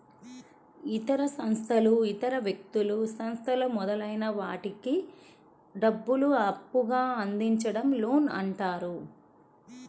ఇతర సంస్థలు ఇతర వ్యక్తులు, సంస్థలు మొదలైన వాటికి డబ్బును అప్పుగా అందించడం లోన్ అంటారు